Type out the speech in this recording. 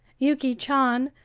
yuki chan,